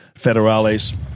federales